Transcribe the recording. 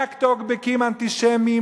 רק טוקבקים אנטישמיים,